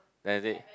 Benedict